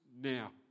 now